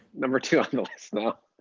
number two on the list now.